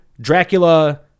Dracula